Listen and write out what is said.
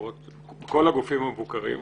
כל הגופים המבוקרים,